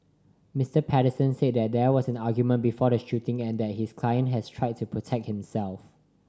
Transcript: Mister Patterson said that there was an argument before the shooting and that his client had tried to protect himself